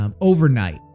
overnight